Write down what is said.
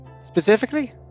specifically